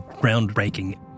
groundbreaking